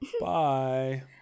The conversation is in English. bye